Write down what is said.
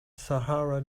sahara